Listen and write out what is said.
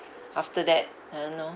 after that then orh